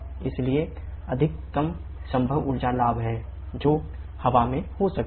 इसलिए h3 h2h5 h2 अधिकतम संभव ऊर्जा लाभ है जो हवा में हो सकता है